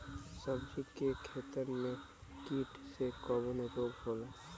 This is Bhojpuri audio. सब्जी के खेतन में कीट से कवन रोग होला?